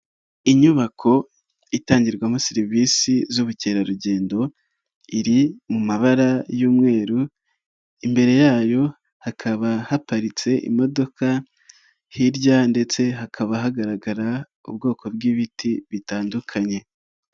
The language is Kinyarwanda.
Inyubako itangirwamo serivisi z'ubukerarugendo iri mu mabara y'umweru, imbere yayo hakaba haparitse imodoka, hirya ndetse hakaba hagaragara ubwoko bw'ibiti bitandukanye.